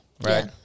Right